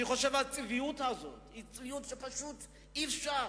אני חושב שהצביעות הזאת היא צביעות שפשוט אי-אפשר,